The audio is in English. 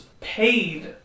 paid